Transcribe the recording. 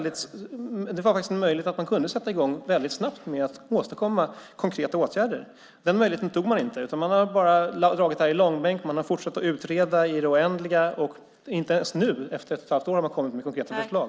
Det fanns en möjlighet att sätta i gång med att åstadkomma konkreta åtgärder. Den möjligheten tog man inte, utan man har bara dragit detta i långbänk. Man har fortsatt att utreda i det oändliga. Inte ens nu efter ett och ett halvt år har man kommit med konkreta förslag.